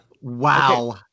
Wow